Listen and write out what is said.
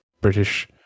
British